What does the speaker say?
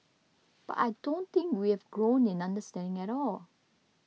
but I don't think we have grown in understanding at all